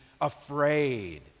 afraid